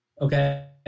Okay